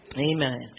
Amen